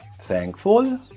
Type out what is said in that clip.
thankful